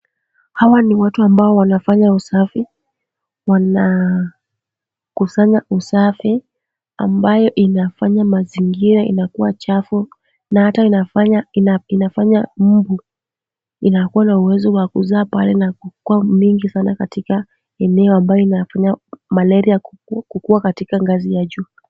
Hawa ni watu ambao wanafanya usafi, wanakusanya usafi ambayo inafanya mazingira inakuwa chafu na hata inafanya ina inafanya mbu. Inakuwa na uwezo wa kuzaa pale na kukuwa mingi katika eneo ambayo inafanya malaria ku kuwa katika ngazi ya juu.